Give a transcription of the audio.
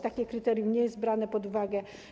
Takie kryterium nie jest brane pod uwagę.